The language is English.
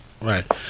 right